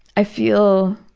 i feel,